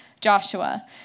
Joshua